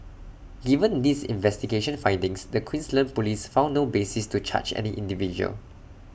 given these investigation findings the Queensland Police found no basis to charge any individual